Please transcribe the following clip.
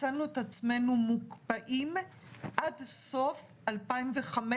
מצאנו את מוקפאים עד סוף 2015,